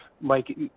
Mike